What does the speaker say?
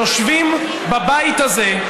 יושבים בבית הזה,